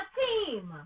team